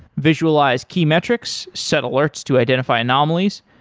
visualize key metrics, set alerts to identify anomalies,